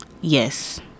Yes